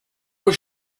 was